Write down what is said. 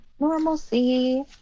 normalcy